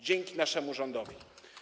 Dzięki naszemu rządowi.